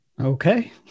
okay